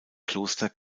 kloster